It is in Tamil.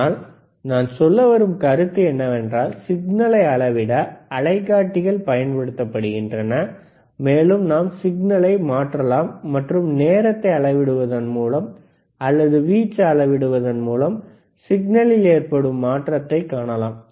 ஆனால் நான் சொல்லவரும் கருத்து என்னவென்றால் சிக்னலை அளவிட அலைக்காட்டிகள் பயன்படுத்தப்படுகின்றன மேலும் நாம் சிக்னலை மாற்றலாம் மற்றும் நேரத்தை அளவிடுவதன் மூலம் அல்லது வீச்சு அளவிடுவதன் மூலம் சிக்னலில் ஏற்படும் மாற்றத்தைக் காணலாம்